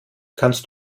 kannst